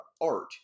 art